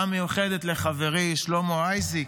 תודה מיוחדת לחברי שלמה אייזיק,